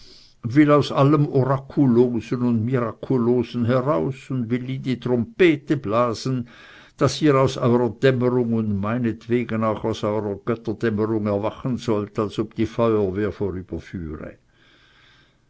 will aus allem orakulosen und mirakulosen heraus und will in die trompete blasen daß ihr aus eurer dämmerung und meinetwegen auch aus eurer götterdämmerung erwachen sollt als ob die feuerwehr